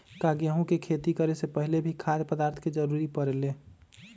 का गेहूं के खेती करे से पहले भी खाद्य पदार्थ के जरूरी परे ले?